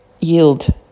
yield